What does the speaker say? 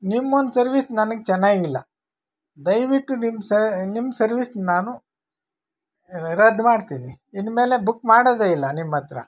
ನಿಮ್ಮ ಒಂದು ಸರ್ವಿಸ್ ನನಗೆ ಚೆನ್ನಾಗಿಲ್ಲ ದಯವಿಟ್ಟು ನಿಮ್ಮ ಸ ನಿಮ್ಮ ಸರ್ವಿಸ್ ನಾನು ರ್ ರದ್ದು ಮಾಡ್ತೀನಿ ಇನ್ನು ಮೇಲೆ ಬುಕ್ ಮಾಡೋದೇ ಇಲ್ಲ ನಿಮ್ಮ ಹತ್ರ